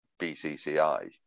BCCI